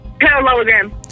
Parallelogram